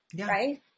right